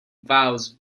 vows